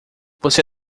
você